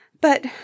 But